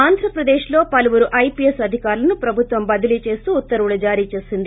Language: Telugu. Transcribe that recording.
ఆంధ్రప్రదేశ్లో పలువురు ఐపీఎస్ అధికారులను ప్రభుత్వం బదిలీ చేస్తూ ఉత్తర్వులు జారీచేసింది